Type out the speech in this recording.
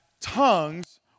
tongues